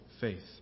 faith